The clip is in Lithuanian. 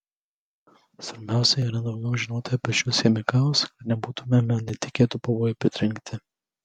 svarbiausia yra daugiau žinoti apie šiuos chemikalus kad nebūtumėme netikėtų pavojų pritrenkti